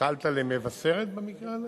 שאלת על מבשרת במקרה הזה?